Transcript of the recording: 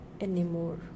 anymore